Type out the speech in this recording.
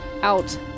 out